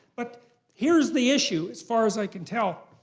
but here's the issue, as far as i can tell.